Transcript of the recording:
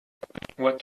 what